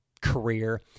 career